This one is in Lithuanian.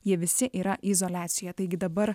jie visi yra izoliacijoje taigi dabar